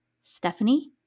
Stephanie